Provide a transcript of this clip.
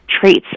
traits